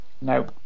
No